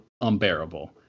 unbearable